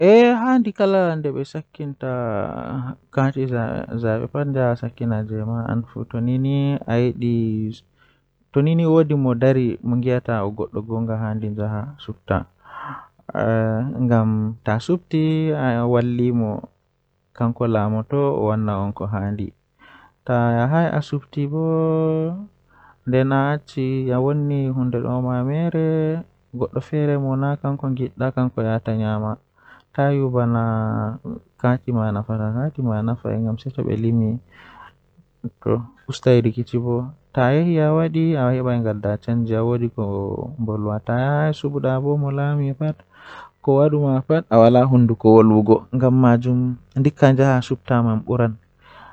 Ko ɗum no waawugol, kono neɗɗo waɗataa waɗde heɓde sooyɗi e waɗal ɓuri. Nde a waawi heɓde sooyɗi, ɗuum njogitaa goongɗi e jam e laaɓugol. Kono nde a heɓi njogordu e respect, ɗuum woodani waawugol ngir heɓde hakkilagol e njarɗi, njikataaɗo goongɗi. Nde e waɗi wattan, ko waɗa heɓde respet e ɓuri jooni,